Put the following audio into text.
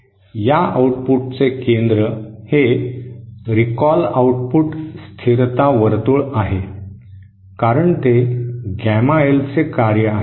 या आउटपुटचे केंद्र हे रिकॉल आउटपुट स्थिरता वर्तुळ आहे कारण ते गॅमा एल चे कार्य आहे